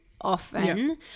often